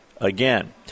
again